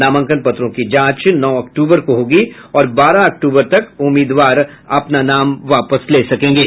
नामांकन पत्रों की जांच नौ अक्टूबर को होगी और बारह अक्टूबर तक उम्मीदवार अपना नाम वापस ले सकेंगे